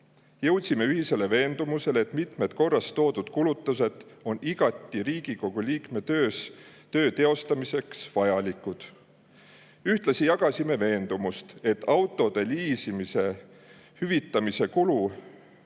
Jõudsime ühisele veendumusele, et mitmed korras toodud kulutused on Riigikogu liikme töö teostamiseks igati vajalikud. Ühtlasi jagasime veendumust, et autode liisimise hüvitamise kulu